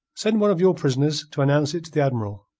send one of your prisoners to announce it to the admiral.